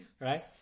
right